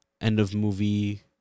end-of-movie